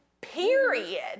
period